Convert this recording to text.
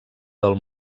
del